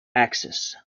axis